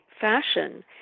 fashion